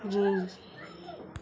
জি